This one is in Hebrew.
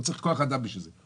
לא צריך כוח אדם בשביל זה.